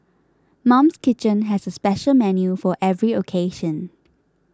Mum's Kitchen has a special menu for every occasion